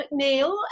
McNeil